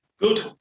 Good